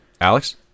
Alex